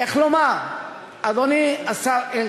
איך לומר, אדוני השר אלקין,